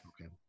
Okay